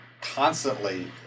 constantly